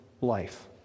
life